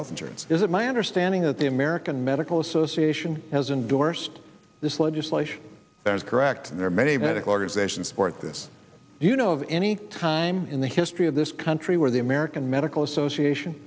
health insurance is it my understanding that the american medical association has endorsed this legislation that is correct and there are many medical organizations support this do you know of any time in the history of this country where the american medical association